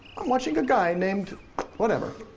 i'm watching a guy named whatever.